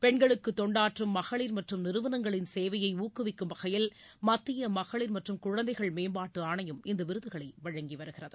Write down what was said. பெண்களுக்கு தொண்டாற்றும் மகளிர் மற்றும் நிறுவனங்களின் சேவையை ஊக்கவிக்கும் வகையில் மத்திய மகளிர் மற்றும் குழந்தைகள் மேம்பாட்டு ஆணையம் இந்த விருதுகளை வழங்கி வருகிறது